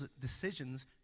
decisions